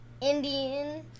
Indian